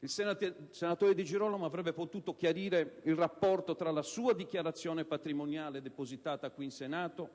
Il senatore Di Girolamo avrebbe potuto chiarire il rapporto tra la sua dichiarazione patrimoniale depositata qui in Senato